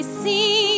see